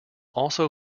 also